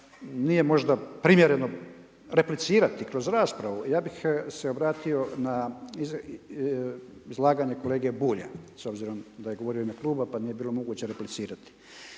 nije možda primjereno replicirati kroz raspravu. Ja bih se obratio na izlaganje kolege Bulja s obzirom da je govorio u ime Kluba, pa nije bilo moguće replicirati.